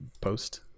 post